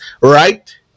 right